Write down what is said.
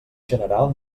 general